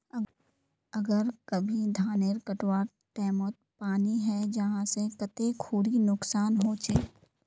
अगर कभी धानेर कटवार टैमोत पानी है जहा ते कते खुरी नुकसान होचए?